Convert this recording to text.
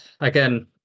Again